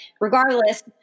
regardless